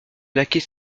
laquais